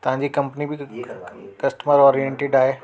तव्हांजी कंपनी बि customer oriented आहे